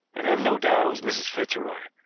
and have no doubt it was mrs. fitzroy.